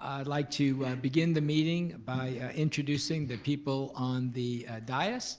i'd like to begin the meeting by introducing the people on the dais,